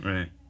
Right